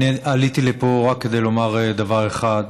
אני עליתי לפה רק כדי לומר דבר אחד.